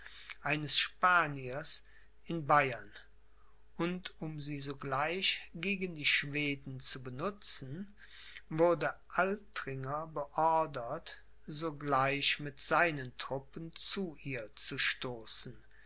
eines spaniers in bayern und um sie sogleich gegen die schweden zu benutzen wurde altringer beordert sogleich mit seinen truppen zu ihr zu stoßen